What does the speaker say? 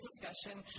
discussion